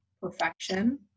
perfection